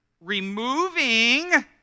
removing